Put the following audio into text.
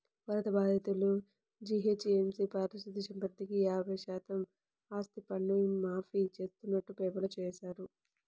వరద బాధితులు, జీహెచ్ఎంసీ పారిశుధ్య సిబ్బందికి యాభై శాతం ఆస్తిపన్ను మాఫీ చేస్తున్నట్టు పేపర్లో వేశారు